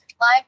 live